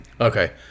Okay